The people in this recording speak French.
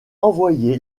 envoyé